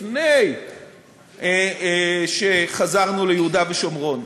לפני שחזרנו ליהודה ושומרון,